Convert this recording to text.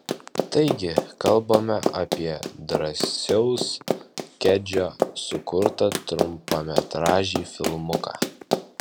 taigi kalbame apie drąsiaus kedžio sukurtą trumpametražį filmuką